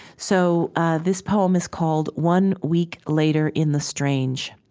so ah this poem is called one week later in the strange